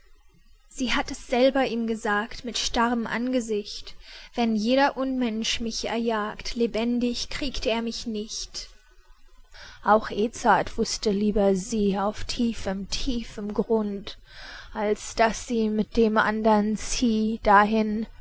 sie hatt es selber ihm gesagt mit starrem angesicht wenn jener unmensch mich erjagt lebendig kriegt er mich nicht auch edzard wußte lieber sie auf tiefem tiefem grund als daß sie mit dem andern zieh dahin